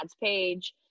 page